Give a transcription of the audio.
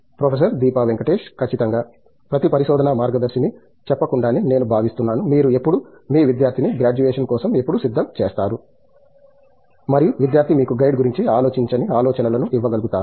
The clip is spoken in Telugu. ప్రొఫెసర్ దీపా వెంకటేష్ ఖచ్చితంగా ప్రతి పరిశోధనా మార్గదర్శిని చెప్పకుండానే నేను భావిస్తున్నాను మీరు ఎప్పుడు మీ విద్యార్థిని గ్రాడ్యుయేషన్ కోసం ఎప్పుడు సిద్ధం చేస్తారు మరియు విద్యార్థి మీకు గైడ్ గురించి ఆలోచించని ఆలోచనలను ఇవ్వగలుగుతారు